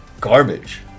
garbage